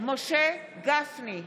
משה גפני,